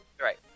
right